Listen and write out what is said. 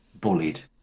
bullied